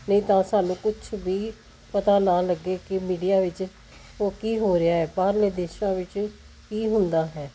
ਨਹੀਂ ਤਾਂ ਸਾਨੂੰ ਕੁਛ ਵੀ ਪਤਾ ਨਾ ਲੱਗੇ ਕਿ ਮੀਡੀਆ ਵਿੱਚ ਹੋ ਕੀ ਹੋ ਰਿਹਾ ਬਾਹਰਲੇ ਦੇਸ਼ਾਂ ਵਿੱਚ ਕੀ ਹੁੰਦਾ ਹੈ